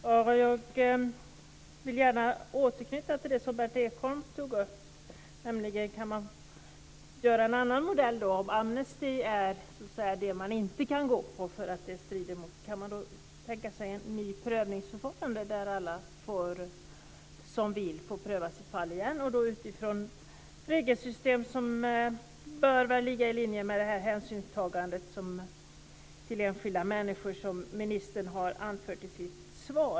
Fru talman! Jag vill gärna återknyta till det som Berndt Ekholm tog upp. Kan man skapa en annan modell, om man inte kan ge amnesti? Kan man då tänka sig ett nytt prövningsförfarande, där alla som vill får sitt fall prövat igen utifrån regelsystem som bör ligga i linje med det hänsynstagande till enskilda människor som ministern har anfört i sitt svar?